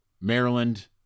Maryland